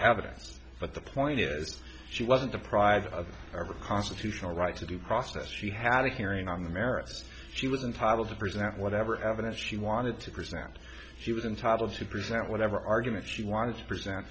evidence but the point is she wasn't deprived of every constitutional right to due process she had a hearing on the merits she would entitle to present whatever evidence she wanted to present she was entitled to present whatever argument she wanted to present